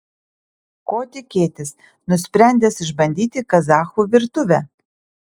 ko tikėtis nusprendęs išbandyti kazachų virtuvę